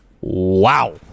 Wow